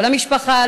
לא למשפחה,